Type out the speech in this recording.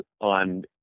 on